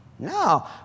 No